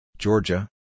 Georgia